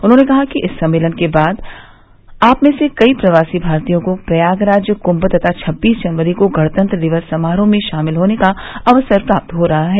उन्होंने कहा कि इस सम्मेलन के बाद आप में से कई प्रवासी भारतियों को प्रयागराज में कुम्म तथा छब्बीस जनवरी को गणतंत्र दिवस समारोह में शामिल होने का अवसर प्राप्त हो रहा है